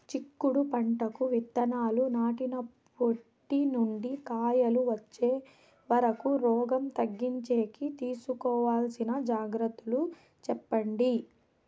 చిక్కుడు పంటకు విత్తనాలు నాటినప్పటి నుండి కాయలు వచ్చే వరకు రోగం తగ్గించేకి తీసుకోవాల్సిన జాగ్రత్తలు చెప్పండి?